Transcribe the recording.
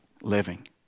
living